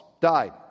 Died